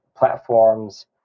platforms